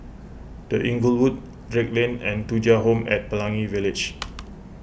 the Inglewood Drake Lane and Thuja Home at Pelangi Village